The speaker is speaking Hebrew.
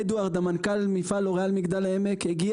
ביום ראשון שעבר אדוארד מנהל מפעל לוריאל במגדל העמק הגיע